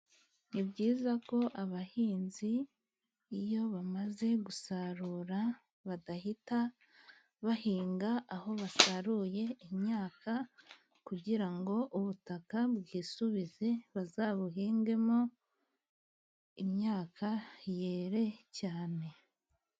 Ni byiza ko abahinzi iyo bamaze gusarura, badahita bahinga aho basaruye imyaka, kugira ngo ubutaka bwisubize bazabuhingemo imyaka yere cyane.